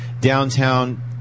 downtown